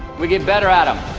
we get better at them